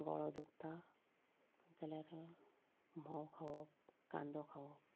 गळो दुखता जाल्यार म्होंव खावप कांदो खावप